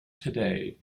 today